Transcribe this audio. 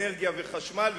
אנרגיה וחשמל,